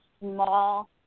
small